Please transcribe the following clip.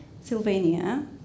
Sylvania